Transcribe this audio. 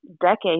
decades